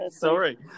Sorry